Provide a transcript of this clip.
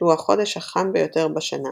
שהוא החודש החם ביותר בשנה,